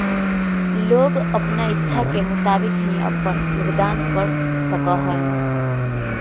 लोग अपन इच्छा के मुताबिक ही अपन योगदान कर सका हई